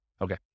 Okay